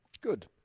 Good